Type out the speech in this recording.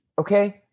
okay